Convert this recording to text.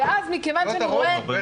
ואז מכיוון שאני רואה --- לא את הרוב,